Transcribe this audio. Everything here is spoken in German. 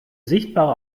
sichtbare